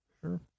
Sure